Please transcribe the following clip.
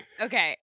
okay